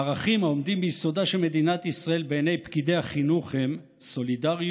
הערכים העומדים ביסודה של מדינת ישראל בעיני פקידי החינוך הם סולידריות,